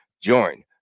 Join